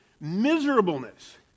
miserableness